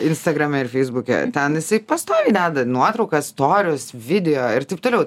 instagrame ir feisbuke ten jisai pastoviai deda nuotraukas storius video ir taip toliau